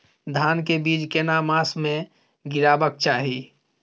धान के बीज केना मास में गीरावक चाही?